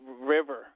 river